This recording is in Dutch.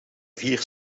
vier